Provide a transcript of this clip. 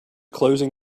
closing